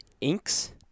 Inks